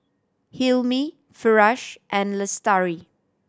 Hilmi Firash and Lestari